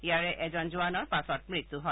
ইয়াৰে এজন জোৱানৰ পাছত মৃত্যু হয়